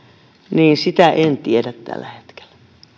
en tiedä tällä hetkellä